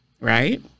right